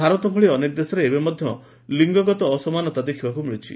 ଭାରତ ଭଳି ଅନେକ ଦେଶରେ ଏବେ ମଧ୍ଧ ଲିଙ୍ଗଗତ ଅସମାନତା ଦେଖ୍ବାକୁ ମିଳୁଛି